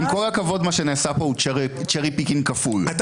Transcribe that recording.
אז ממילא היו כמה נבצרים, לא